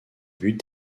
but